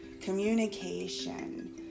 communication